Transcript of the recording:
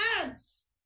hands